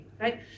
right